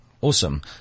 Awesome